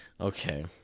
Okay